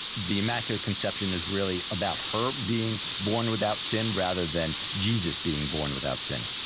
the immaculate conception is really about her being born without sin rather than jesus being born without sin.